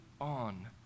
on